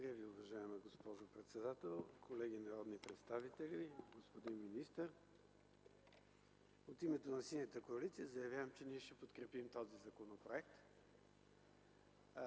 Ви, уважаема госпожо председател. Колеги народни представители, господин министър! От името на Синята коалиция заявявам, че ние ще подкрепим този Законопроект